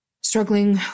struggling